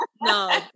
no